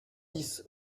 dix